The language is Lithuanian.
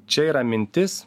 čia yra mintis